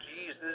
Jesus